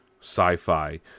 sci-fi